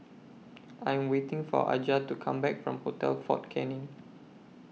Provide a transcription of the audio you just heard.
I Am waiting For Aja to Come Back from Hotel Fort Canning